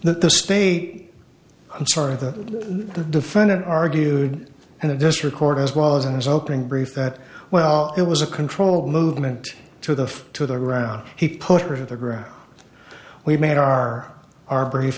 that the spate i'm sorry the defendant argued and in this record as well as in his opening brief that well it was a controlled movement to the to the ground he put her to the ground we made our our brief